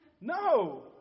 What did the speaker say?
No